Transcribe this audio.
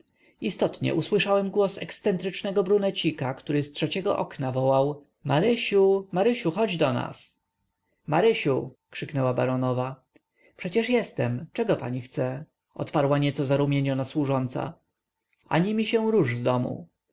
istotnie usłyszałem głos ekscentrycznego brunecika który z trzeciego piętra wołał marysiu marysiu chodź do nas marysiu krzyknęła baronowa przecież jestem czego pani chce odparła nieco zarumieniona służąca ani mi się rusz z domu